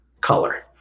color